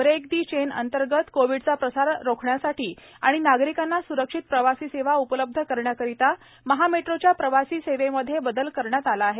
break the chain अंतर्गत कोविडचा प्रसार रोखण्यासाठी आणि नागरिकांना सुरक्षित प्रवासी सेवा उपलब्ध करण्याकरिता महामेट्रोच्या प्रवासी सेवेमध्ये बदल करण्यात आला आहे